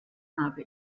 habe